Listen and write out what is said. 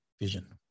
vision